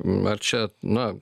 ar čia na